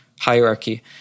hierarchy